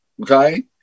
okay